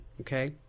Okay